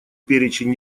перечень